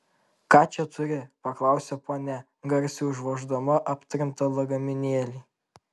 ką čia turi paklausė ponia garsiai užvoždama aptrintą lagaminėlį